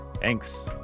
Thanks